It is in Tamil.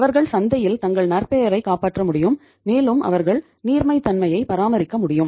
அவர்கள் சந்தையில் தங்கள் நற்பெயரைக் காப்பாற்ற முடியும் மேலும் அவர்கள் நீர்மைத்தன்மையை பராமரிக்க முடியும்